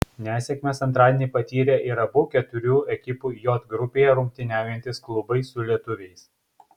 nesėkmes antradienį patyrė ir abu keturių ekipų j grupėje rungtyniaujantys klubai su lietuviais